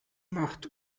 macht